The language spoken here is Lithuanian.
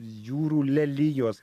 jūrų lelijos